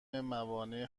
موانع